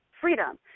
freedom